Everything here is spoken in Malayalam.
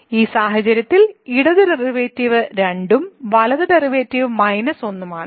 ഈ സാഹചര്യത്തിൽ ഇടത് ഡെറിവേറ്റീവ് 2 ഉം വലത് ഡെറിവേറ്റീവ് 1 ഉം ആണ്